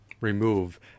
remove